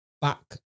back